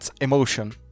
emotion